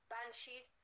Banshees